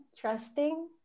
trusting